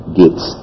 gates